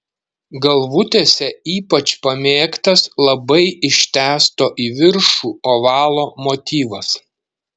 galvutėse ypač pamėgtas labai ištęsto į viršų ovalo motyvas